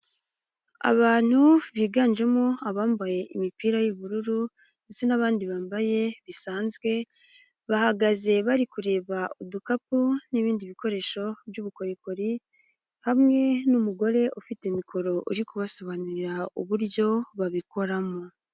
Abantu biganjemo abambaye imipira y'ubururu ndetse n'abandi bambaye bisanzwe, bahagaze bari kureba udukapu n'ibindi bikoresho by'ubukorikori, hamwe n'umugore ufite mikoro uri kubasobanurira uburyo babikoramo.